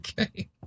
Okay